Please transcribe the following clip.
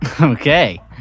Okay